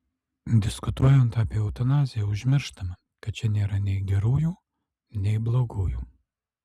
diskutuojant apie eutanaziją užmirštama kad čia nėra nei gerųjų nei blogųjų